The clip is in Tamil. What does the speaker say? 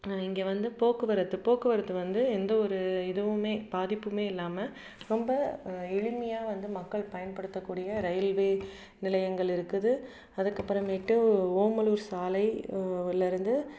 இங்கே வந்து போக்குவரத்து போக்குவரத்து வந்து எந்த ஒரு இதுவுமே பாதிப்புமே இல்லாமல் ரொம்ப எளிமையாக வந்து மக்கள் பயன்படுத்தக்கூடிய ரயில்வே நிலையங்கள் இருக்குது அதுக்கப்புறமேட்டு ஓமலூர் சாலை லிருந்து